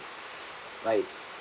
like